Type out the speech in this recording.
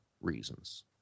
reasons